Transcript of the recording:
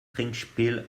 trinkspiel